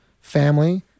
family